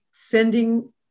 Sending